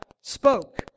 spoke